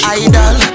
idol